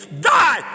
die